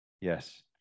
Yes